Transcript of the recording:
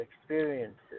experiences